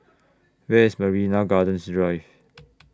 Where IS Marina Gardens Drive